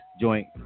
joint